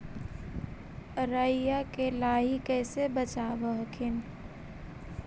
राईया के लाहि कैसे बचाब हखिन?